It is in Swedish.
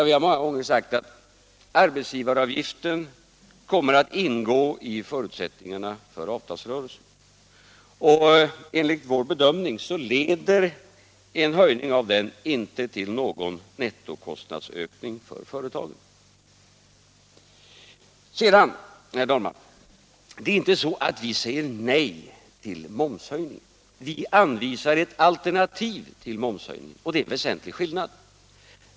Vi har många gånger sagt att arbetsgivaravgiften kommer att ingå i förutsättningarna för avtalsrörelsen. Enligt vår bedömning leder en höjning av den inte till någon nettokostnadsökning för företagen. Sedan vill jag framhålla att det inte är så att vi bara säger nej till en momshöjning utan vi anvisar ett alternativ till en sådan. Det är en väsentlig skillnad.